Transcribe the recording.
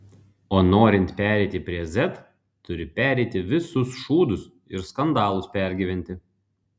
o norint pereiti prie z turi pereiti visus šūdus ir skandalus pergyventi